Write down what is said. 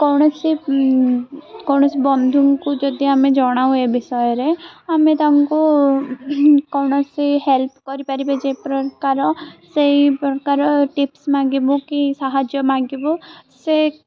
କୌଣସି କୌଣସି ବନ୍ଧୁଙ୍କୁ ଯଦି ଆମେ ଜଣାଉ ଏ ବିଷୟରେ ଆମେ ତାଙ୍କୁ କୌଣସି ହେଲ୍ପ କରିପାରିବେ ଯେ ପ୍ରକାର ସେଇ ପ୍ରକାର ଟିପ୍ସ ମାଗିବୁ କି ସାହାଯ୍ୟ ମାଗିବୁ ସେ